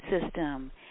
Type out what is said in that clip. system